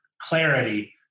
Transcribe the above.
clarity